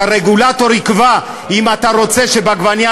שהרגולטור יקבע אם אתה רוצה שבעגבנייה